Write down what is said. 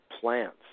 plants